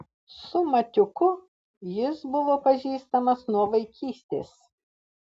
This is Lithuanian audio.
su matiuku jis buvo pažįstamas nuo vaikystės